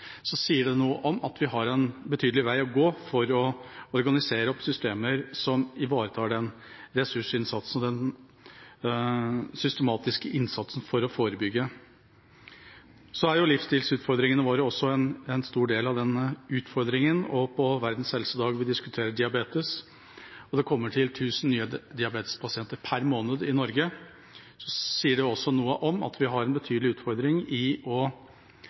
sier det noe om at vi har en betydelig vei å gå for å organisere systemer som ivaretar denne ressursinnsatsen og den systematiske innsatsen for å forebygge. Livsstilutfordringene våre er også en stor del av den utfordringen. På Verdens helsedag, når vi diskuterer diabetes – det kommer tusen nye diabetespasienter til per måned i Norge – sier det noe om at vi har en betydelig utfordring i å